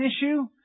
issue